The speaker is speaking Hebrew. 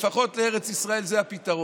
לפחות לארץ ישראל זה הפתרון,